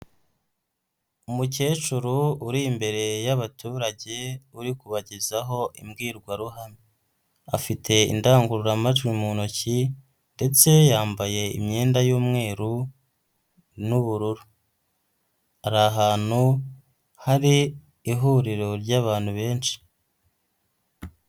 Umukecuru uri imbere y'abaturage, uri kubagezaho imbwirwaruhame. Afite indangururamajwi mu ntoki ndetse yambaye imyenda y'umweru n'ubururu, ari ahantu hari ihuriro ry'abantu benshi.